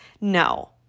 No